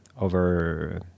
over